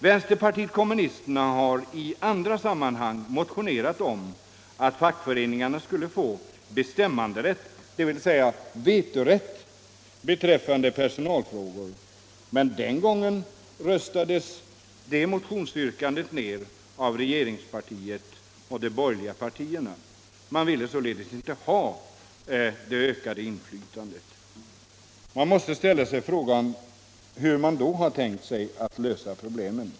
Vänsterpartiet kommunisterna har i andra sammanhang motionerat om att fackföreningarna skulle få bestämmanderätt, dvs. vetorätt, beträffande personalfrågor, men den gången röstades motionsyrkandet ner av regeringspartiet och de borgerliga partierna. Man ville således inte genomföra ett ökat inflytande. Jag måste ställa frågan: Hur har man då tänkt lösa problemen?